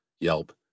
Yelp